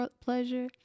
pleasure